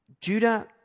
Judah